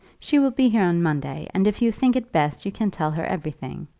she will be here on monday, and if you think it best you can tell her everything.